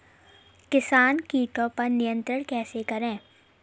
किसान कीटो पर नियंत्रण कैसे करें?